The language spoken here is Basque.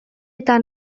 eta